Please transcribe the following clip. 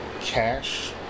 cash